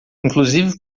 inclusive